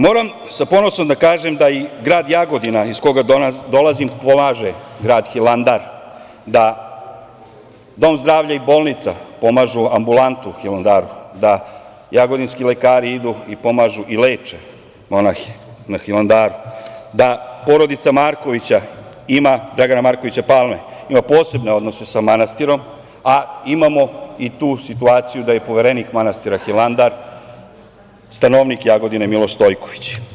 Moram sa ponosom da kažem da i grad Jagodina, iz koga dolazim, pomaže Hilandar, da dom zdravlja i bolnica pomažu ambulantu u Hilandaru, da jagodinski lekari idu i pomažu i leče monahe na Hilandaru, da porodica Dragana Markovića Palme ima poseban odnos sa manastirom, a imamo i tu situaciju da je poverenik manastira Hilandar stanovnik Jagodine Miloš Stojković.